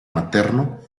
materno